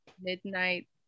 Midnight